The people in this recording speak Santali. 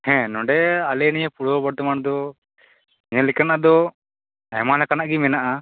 ᱦᱮᱸ ᱱᱚᱰᱮ ᱟᱞᱮ ᱱᱤᱭᱟᱹ ᱯᱩᱨᱵᱚ ᱵᱚᱨᱫᱷᱚᱢᱟᱱ ᱫᱚ ᱧᱮᱞ ᱞᱮᱠᱟᱱᱟᱜ ᱫᱚ ᱟᱭᱢᱟ ᱞᱮᱠᱟᱱᱟᱜ ᱜᱮ ᱢᱮᱱᱟᱜᱼᱟ